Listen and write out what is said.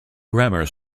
grammar